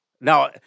Now